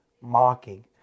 mocking